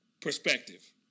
perspective